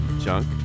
junk